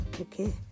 Okay